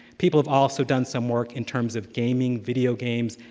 people have also done some work in terms of gaming, video games,